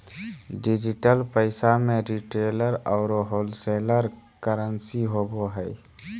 digital पैसा में retailer औरो होलसेलर करंसी होवो हइ